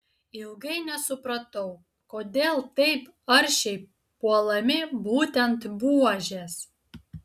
ilgai nesupratau kodėl taip aršiai puolami būtent buožės